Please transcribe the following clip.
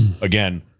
again